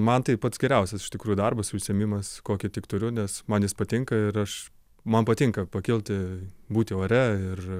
man tai pats geriausias iš tikrųjų darbas ir užsiėmimas kokį tik turiu nes man jis patinka ir aš man patinka pakilti būti ore ir